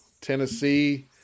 Tennessee